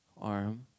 arm